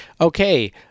okay